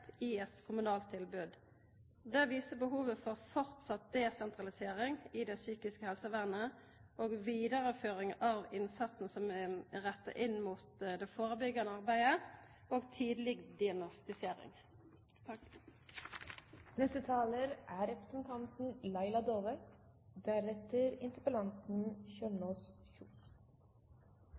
i eit kommunalt tilbod. Det viser behovet for å halda fram med desentralisering i det psykiske helsevernet og vidareføring av innsatsen som er retta inn mot det førebyggjande arbeidet og tidleg diagnostisering.